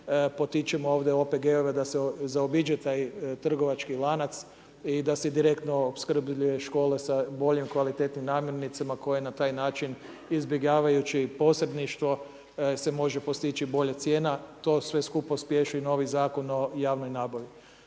potičemo ovdje OPG-ove da se zaobiđe taj trgovački lanac i da se direktno opskrbljuje škole sa boljim i kvalitetnijim namirnicama koje na taj način izbjegavajući posredništvo, se može postići bolja cijena. To sve skupa pospješuje i novi Zakon o javnoj nabavi.